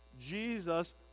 Jesus